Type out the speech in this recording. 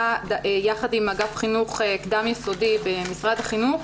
יחד עם אגף חינוך קדם יסודי במשרד החינוך,